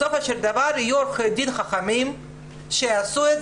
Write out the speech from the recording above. בסופו של דבר יהיו עורכי דין חכמים שיעשו את